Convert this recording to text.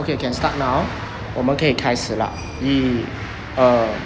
okay can start now 我们可以开始了一二